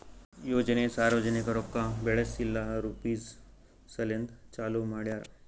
ಯೋಜನೆ ಸಾರ್ವಜನಿಕ ರೊಕ್ಕಾ ಬೆಳೆಸ್ ಇಲ್ಲಾ ರುಪೀಜ್ ಸಲೆಂದ್ ಚಾಲೂ ಮಾಡ್ಯಾರ್